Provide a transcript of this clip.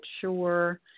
sure